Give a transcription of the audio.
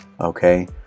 okay